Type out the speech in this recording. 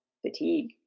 fatigue